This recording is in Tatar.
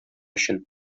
өчен